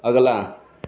अगला